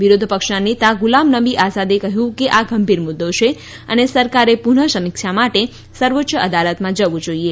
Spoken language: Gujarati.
વિરોધપક્ષના નેતા ગુલામનબી આઝાદે કહ્યું કે આ ગંભીર મુદ્દો છે અને સરકારે પુનઃ સમીક્ષા માટે સર્વોચ્ય અદાલતમાં જવું જોઇએ